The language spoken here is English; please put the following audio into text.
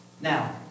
Now